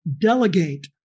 delegate